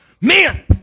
men